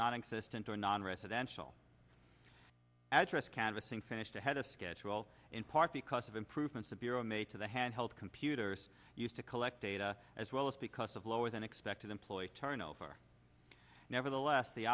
non existent or nonresidential address canvassing finished ahead of schedule in part because of improvements the bureau made to the handheld computers used to collect data as well as because of lower than expected employee turnover nevertheless the